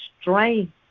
strength